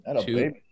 Two